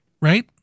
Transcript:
Right